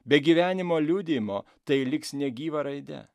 be gyvenimo liudijimo tai liks negyva raide